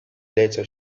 later